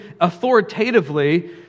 authoritatively